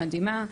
מדהימה.